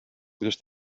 kuidas